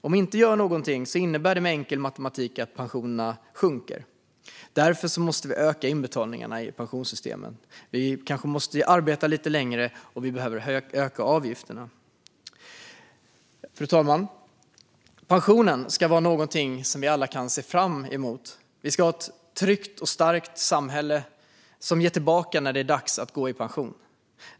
Om vi inte gör något innebär det med enkel matematik att pensionerna sjunker. Därför måste vi öka inbetalningarna till pensionssystemen. Vi kanske måste arbeta lite längre, och vi behöver öka avgifterna. Fru talman! Pensionen ska vara något vi alla kan se fram emot. Vi ska ha ett tryggt och starkt samhälle som ger tillbaka när det är dags att gå i pension.